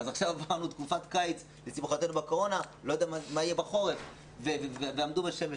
אז עכשיו עברנו תקופת קיץ לשמחתנו בקורונה ועמדו בשמש.